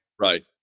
Right